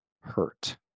hurt